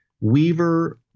Weaver